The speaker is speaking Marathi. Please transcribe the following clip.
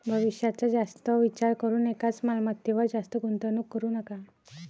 भविष्याचा जास्त विचार करून एकाच मालमत्तेवर जास्त गुंतवणूक करू नका